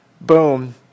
boom